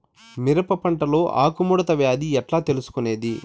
మిరప పంటలో ఆకు ముడత వ్యాధి ఎట్లా తెలుసుకొనేది?